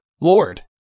Lord